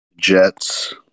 Jets